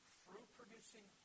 fruit-producing